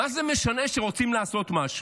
מה זה משנה כשרוצים לעשות משהו,